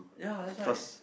ya that's why